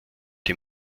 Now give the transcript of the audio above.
die